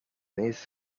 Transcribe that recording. his